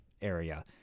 area